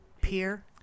Peer